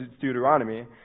Deuteronomy